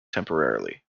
temporarily